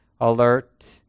alert